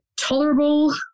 tolerable